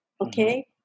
okay